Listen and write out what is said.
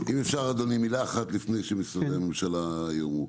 אם אפשר אדוני, מילה אחת לפני שמשרדי הממשלה יעלו.